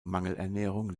mangelernährung